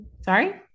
sorry